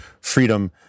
freedom